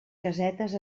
casetes